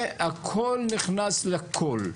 והכל נכנס לכל.